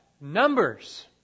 numbers